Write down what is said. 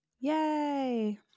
Yay